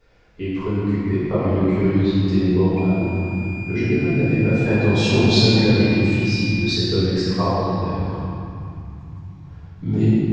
et préoccupé par une curiosité morale le général n'avait pas fait attention aux singularités physiques de cet homme extraordinaire mais